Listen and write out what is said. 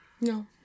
No